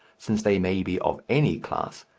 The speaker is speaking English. since they may be of any class,